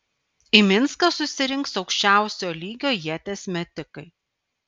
į minską susirinks aukščiausio lygio ieties metikai